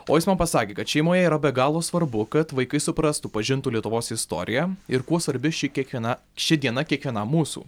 o jis man pasakė kad šeimoje yra be galo svarbu kad vaikai suprastų pažintų lietuvos istoriją ir kuo svarbi ši kiekviena ši diena kiekvienam mūsų